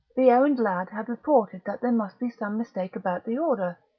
the errand lads had reported that there must be some mistake about the order,